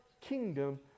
kingdom